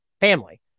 family